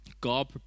God